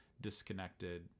disconnected